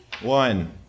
One